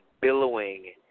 billowing